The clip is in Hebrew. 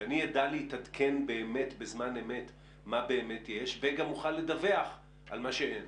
שאני אדע להתעדכן באמת בזמן אמת מה שבאמת יש וגם אוכל לדווח על מה שאין.